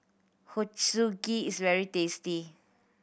ochazuke is very tasty